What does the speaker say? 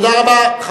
תודה רבה.